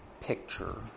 picture